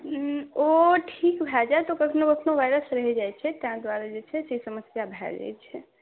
ओ ठीक भऽ जायत ओ कखनो कखनो वायरस रहि जाइ छै तैं दुआरे जे छै ई समस्या भऽ जाइ छै